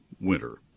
winter